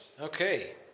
Okay